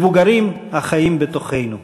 מבוגרים החיים בתוכנו,